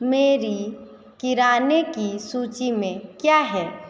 मेरी किराने की सूची में क्या है